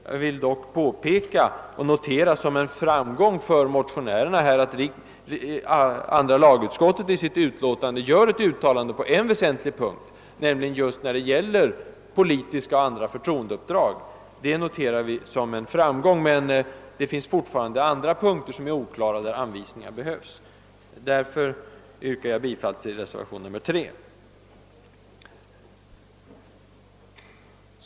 Jag vill dock påpeka och notera som en framgång för motionärerna, att andra lagutskottet i sitt utlåtande gör ett uttalande på en väsentlig punkt, nämligen när det gäller politiska och andra förtroendeuppdrag. Det gläder vi oss åt, men det finns fortfarande punkter som är oklara och där anvisningar behövs. Därför yrkar jag bifall till reservation III.